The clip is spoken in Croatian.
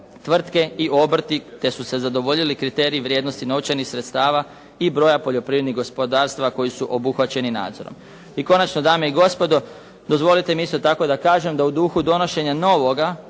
tvrtke i obrti te su se zadovoljili kriteriji vrijednosti novčanih sredstava i broja poljoprivrednih gospodarstava koji su obuhvaćeni nadzorom. I konačno dame i gospodo dozvolite mi isto tako da kažem da u duhu donošenja novoga,